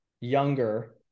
younger